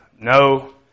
no